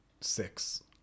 six